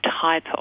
type